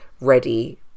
ready